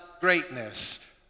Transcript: greatness